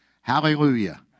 Hallelujah